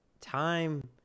time